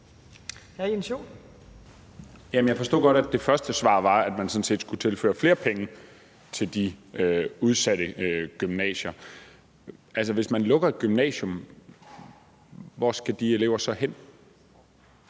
Jeg forstod godt, at det første svar var, at man sådan set skulle tilføre flere penge til de udsatte gymnasier. Hvis man lukker et gymnasium, hvor skal de elever så hen?